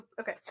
Okay